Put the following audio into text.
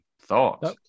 Thoughts